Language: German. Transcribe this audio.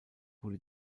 wurde